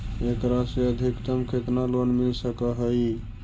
एकरा से अधिकतम केतना लोन मिल सक हइ?